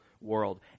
world